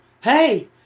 hey